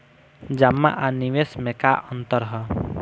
जमा आ निवेश में का अंतर ह?